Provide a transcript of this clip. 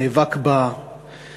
נאבק בה בגבורה,